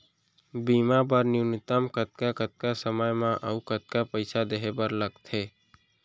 बीमा बर न्यूनतम कतका कतका समय मा अऊ कतका पइसा देहे बर लगथे